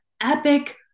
epic